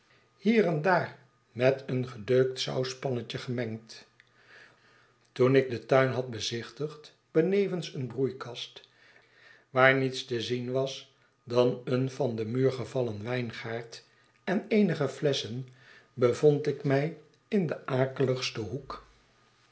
hier en daar met een gedeukt sauspannetje gemengd toen ik den tuin had bezichtigd benevens een broeikast waar niets te zien was dan een van den muur gevallen wijngaard en eenige flesschen bevond ik mij in den akeligen hoek